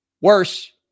Worse